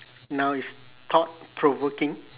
now is thought-provoking